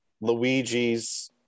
Luigi's